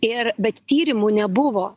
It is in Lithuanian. ir bet tyrimų nebuvo